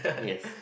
yes